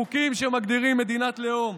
חוקים שמגדירים מדינת לאום.